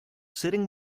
sitting